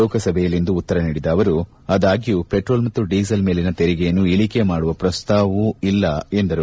ಲೋಕಸಭೆಯಲ್ಲಿಂದು ಉತ್ತರ ನೀಡಿದ ಅವರು ಆದಾಗ್ಲೂ ಪೆಟ್ರೋಲ್ ಮತ್ತು ಡೀಸೆಲ್ ಮೇಲಿನ ತೆರಿಗೆಯನ್ನು ಇಳಿಕೆ ಮಾಡುವ ಪ್ರಸ್ತಾಪವೂ ಇಲ್ಲ ಎಂದರು